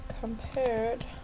compared